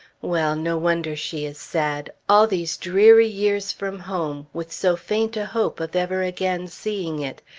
well! no wonder she is sad. all these dreary years from home, with so faint a hope of ever again seeing it,